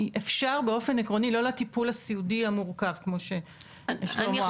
אפשר באופן עקרוני לא לטיפול הסיעודי המורכב כמו ששלמה אמר --- אני